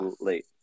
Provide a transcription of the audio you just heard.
late